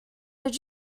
did